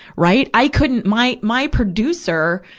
right? i couldn't my, my producer,